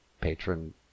patron